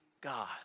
God